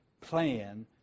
plan